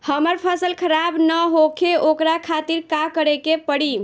हमर फसल खराब न होखे ओकरा खातिर का करे के परी?